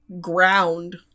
ground